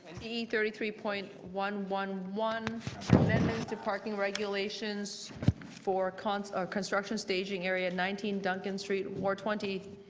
te thirty three point one one one. amendment to parking regulations for kind of construction staging area nineteen duncan street ward twenty.